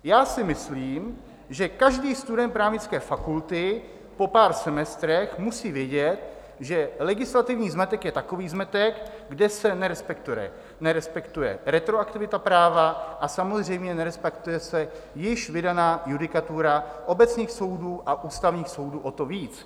Já si myslím, že každý student právnické fakulty po pár semestrech musí vědět, že legislativní zmetek je takový zmetek, kde se nerespektuje retroaktivita práva a samozřejmě nerespektuje se již vydaná judikatura obecných soudů a ústavních soudů o to víc.